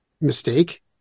mistake